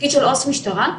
של עו"ס משטרה,